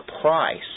price